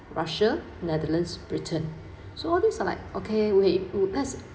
russia netherlands britain so all these are like okay wait we let's